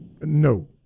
No